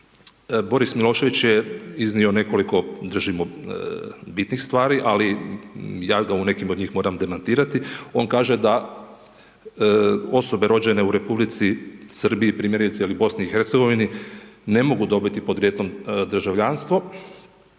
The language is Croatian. Boris Milošević je iznio nekoliko držimo bitnih stvari, ali ja ga u nekim od njih moram demantirati, on kaže da osobe rođene u Republici Srbiji primjerice ili BiH, ne mogu dobiti podrijetlom državljanstvo,